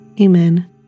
Amen